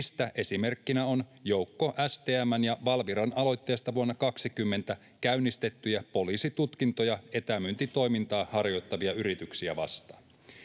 mistä esimerkkinä on joukko STM:n ja Valviran aloitteesta vuonna 20 käynnistettyjä poliisitutkintoja etämyyntitoimintaa harjoittavia yrityksiä vastaan.